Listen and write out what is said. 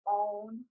own